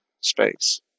space